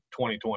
2020